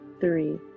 three